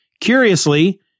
curiously